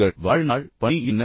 உங்கள் வாழ்நாள் பணி என்ன